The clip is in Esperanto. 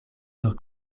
nur